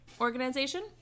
organization